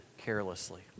carelessly